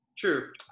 True